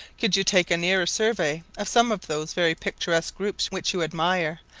could you take a nearer survey of some of those very picturesque groups which you admire,